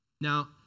Now